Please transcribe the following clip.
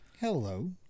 Hello